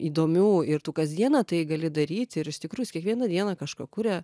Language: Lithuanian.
įdomių ir tu kasdieną tai gali daryt ir iš tikrųjų jis kiekvieną dieną kažko kuria